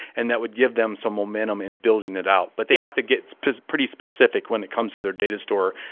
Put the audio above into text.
and that would give them some momentum in building it out. but they have to get pretty specific when it comes to their data store,